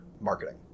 marketing